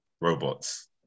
robots